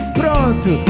pronto